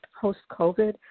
post-COVID